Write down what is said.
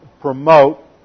promote